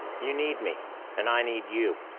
you need me and i need you.